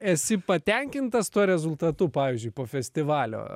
esi patenkintas tuo rezultatu pavyzdžiui po festivalio